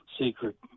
secret